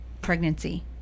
pregnancy